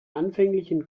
anfänglichen